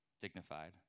dignified